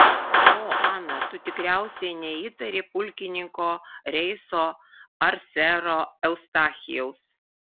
o ana tu tikriausiai neįtari pulkininko reiso ar sero eustachijaus